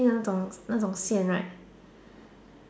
那种那种线 right